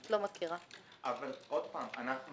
אני לא מכירה את זה.